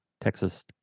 Texas